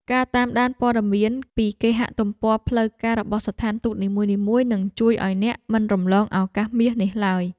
ការតាមដានព័ត៌មានពីគេហទំព័រផ្លូវការរបស់ស្ថានទូតនីមួយៗនឹងជួយឱ្យអ្នកមិនរំលងឱកាសមាសនេះឡើយ។